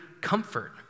comfort